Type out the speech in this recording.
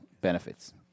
benefits